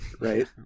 right